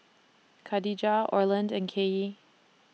Kadijah Orland and Kaylee